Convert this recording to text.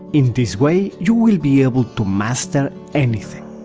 in this way, you will be able to master anything!